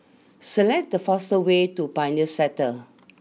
select the fastest way to Pioneer Sector